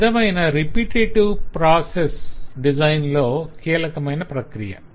ఈ విధమైన repetitive process design లో కీలకమైన ప్రక్రియ